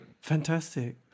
Fantastic